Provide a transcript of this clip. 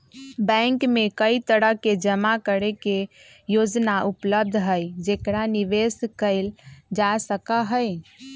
bank में कई तरह के जमा करे के योजना उपलब्ध हई जेकरा निवेश कइल जा सका हई